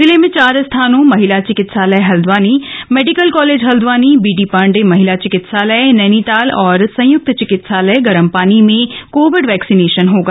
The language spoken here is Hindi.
जिले में चार स्थानों महिला चिकित्सालय Haldwani medical college Haldwani BD Pande महिला चिकित्सालय नैनीताल और संयुक्त चिकित्सालय गरम पानी में कोविड वैक्सीनेशन होगा